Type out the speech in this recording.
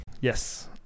yes